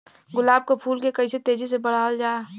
गुलाब क फूल के कइसे तेजी से बढ़ावल जा?